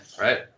right